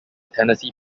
tennessee